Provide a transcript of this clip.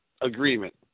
agreement